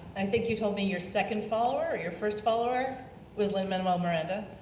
i think you told me your second follower or your first follower was lin manuel miranda.